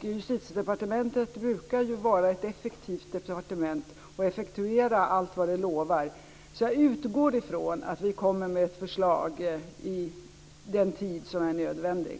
Justitiedepartementet brukar ju vara ett effektivt departement som effektuerar allt vad det lovar, så jag utgår ifrån att vi kommer med ett förslag inom den tid som är nödvändig.